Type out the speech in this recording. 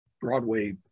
Broadway